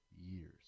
years